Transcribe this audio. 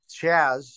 Chaz